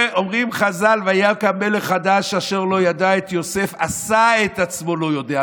אומרים חז"ל: "ויקם מלך חדש אשר לא ידע את יוסף" עשה את עצמו לא יודע,